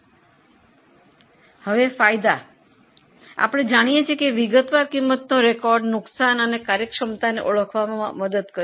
હવે ફાયદા આપણે જાણીએ છીએ કે વિગતવાર ખર્ચની નોંધણી નુકસાન અને કાર્યક્ષમતાને ઓળખવામાં મદદ કરે છે